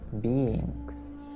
beings